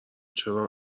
چرا